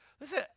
Listen